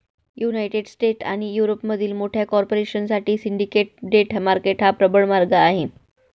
United States आणि युरोपमधील मोठ्या कॉर्पोरेशन साठी सिंडिकेट डेट मार्केट हा प्रबळ मार्ग आहे